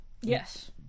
Yes